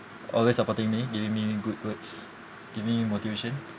always supporting me giving good words giving me motivation